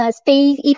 space